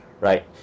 right